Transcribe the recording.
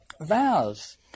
vows